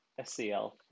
SCL